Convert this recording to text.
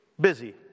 busy